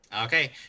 Okay